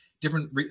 different